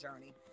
journey